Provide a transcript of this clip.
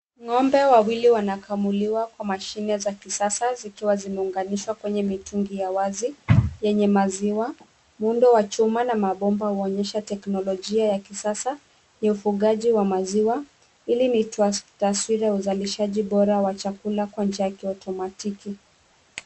Ng'ombe wawili wanakamuliwa kwa mashine za kisasa zikiwa zimeunganishwa kwenye mitungi ya wazi, yenye maziwa, muundo wa chuma, na mabomba huonyesha teknolojia ya kisasa, ya ufugaji wa maziwa ili mitaswira ya uzalishaji bora wa chakula kwa nchi yake ya otomatiki.